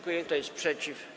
Kto jest przeciw?